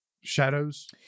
shadows